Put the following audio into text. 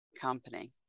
company